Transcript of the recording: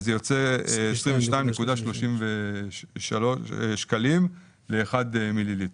זה יוצא 22.33 שקלים ל-1 מיליליטר.